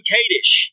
Kadesh